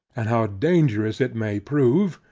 and how dangerous it may prove,